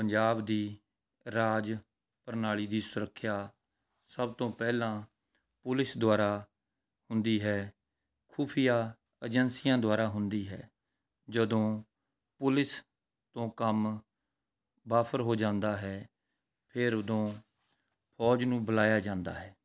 ਪੰਜਾਬ ਦੀ ਰਾਜ ਪ੍ਰਣਾਲੀ ਦੀ ਸੁਰੱਖਿਆ ਸਭ ਤੋਂ ਪਹਿਲਾਂ ਪੁਲਿਸ ਦੁਆਰਾ ਹੁੰਦੀ ਹੈ ਖੂਫ਼ੀਆ ਏਜੰਸੀਆਂ ਦੁਆਰਾ ਹੁੰਦੀ ਹੈ ਜਦੋਂ ਪੁਲਿਸ ਤੋਂ ਕੰਮ ਵਾਫਰ ਹੋ ਜਾਂਦਾ ਹੈ ਫਿਰ ਉਦੋਂ ਫੌਜ ਨੂੰ ਬੁਲਾਇਆ ਜਾਂਦਾ ਹੈ